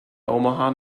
omaha